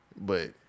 but-